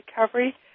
recovery